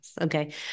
Okay